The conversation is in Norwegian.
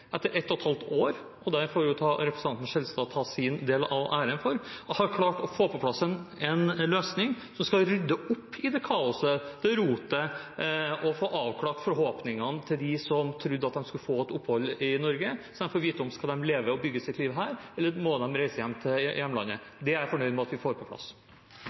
etter ett og et halvt år – og det får representanten Skjelstad ta sin del av æren for – har klart å få på plass en løsning som skal rydde opp i dette kaoset, dette rotet, og få avklart forhåpningene til dem som trodde at de skulle få opphold i Norge, slik at de får vite om de skal leve og bygge sitt liv her eller må reise hjem til hjemlandet. Det er jeg fornøyd med at vi får på plass.